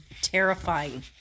Terrifying